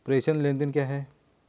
प्रेषण लेनदेन क्या है?